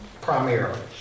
primarily